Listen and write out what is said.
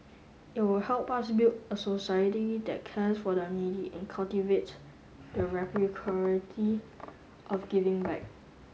it will help us build a society that cares for the needy and cultivate the reciprocity of giving back